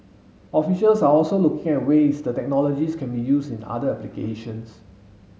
officials are also looking at ways the technologies can be used in other applications